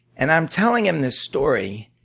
and i'm telling him this story,